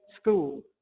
school